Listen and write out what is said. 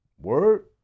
Word